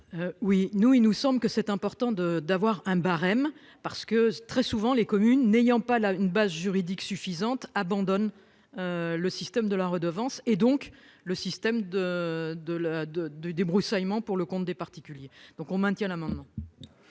Oui, nous il nous semble que c'est important de d'avoir un barème parce que très souvent, les communes n'ayant pas là une base juridique suffisante abandonne. Le système de la redevance et donc le système de de la de de débroussaillement pour le compte des particuliers. Donc on maintient la maman.